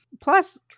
Plus